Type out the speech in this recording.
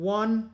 one